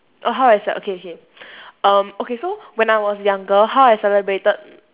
oh how I ce~ okay okay um okay so when I was younger how I celebrated